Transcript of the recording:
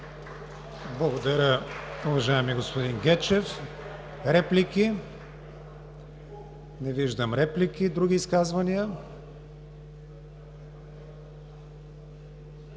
Благодаря, уважаеми господин Ченчев. Реплики? Не виждам реплики. Други изказвания?